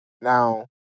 Now